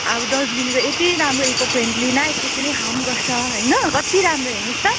अब डस्टबिनको यति राम्रो इको फ्रेन्डली न यसले कुनै हार्म गर्छ होइन कति राम्रो हेर्नुहोस् त